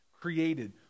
created